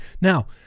Now